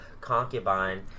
concubine